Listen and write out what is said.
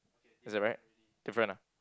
is it right different ah